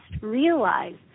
realize